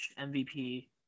MVP